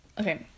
Okay